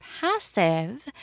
passive